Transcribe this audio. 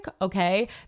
okay